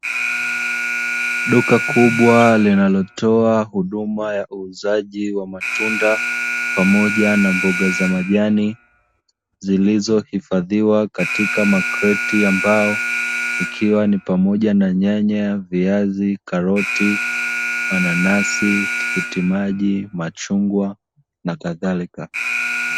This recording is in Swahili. Duka kubwa linalotoa huduma ya uuzaji wa matunda pamoja na mboga za majani zilizohifadhiwa katika makreti ya mbao, ikiwa ni pamoja na: nyanya, viazi, karoti, mananasi, tikiti maji, machungwa na kadhalika.